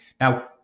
Now